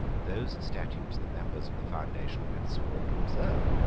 those statutes the members of the foundation had sworn to observe.